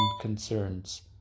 concerns